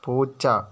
പൂച്ച